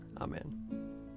Amen